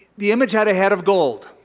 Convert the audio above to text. the image had a head of gold.